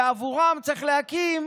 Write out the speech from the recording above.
ועבורם צריך להקים,